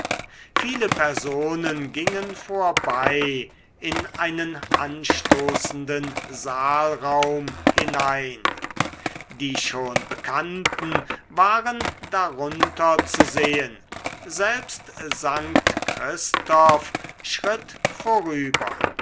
viele personen gingen vorbei in einen anstoßenden saalraum hinein die schon bekannten waren darunter zu sehen selbst st christoph schritt vorüber